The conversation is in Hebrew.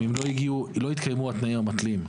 אם לא התקיימו התנאים המתלים,